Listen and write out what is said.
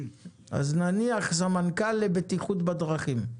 אז נניח סמנכ"ל לבטיחות בדרכים.